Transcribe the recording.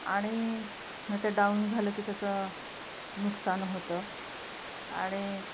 आणि मग ते डाऊन झालं की त्याचं नुकसान होतं आणि